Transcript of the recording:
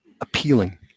appealing